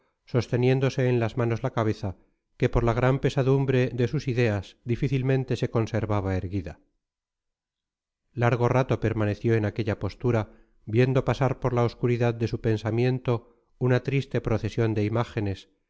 sosteniéndose en las manos la cabeza que por la gran pesadumbre de sus ideas difícilmente se conservaba erguida largo rato permaneció en aquella postura viendo pasar por la obscuridad de su pensamiento una triste procesión de imágenes